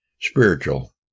spiritual